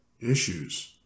issues